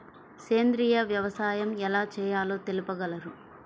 సేంద్రీయ వ్యవసాయం ఎలా చేయాలో తెలుపగలరు?